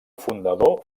fundador